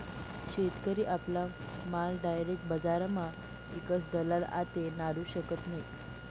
शेतकरी आपला माल डायरेक बजारमा ईकस दलाल आते नाडू शकत नै